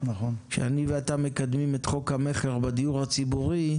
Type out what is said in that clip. שאני ואתה מקדמים את חוק המכר בדיור הציבורי,